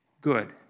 good